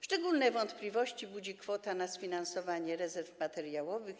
Szczególne wątpliwości budzi kwota na sfinansowanie rezerw materiałowych.